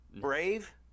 brave